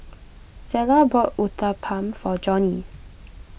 Zela bought Uthapam for Johny